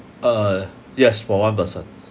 uh yes for one person